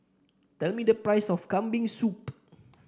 tell me the price of Kambing Soup